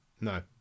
no